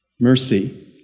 Mercy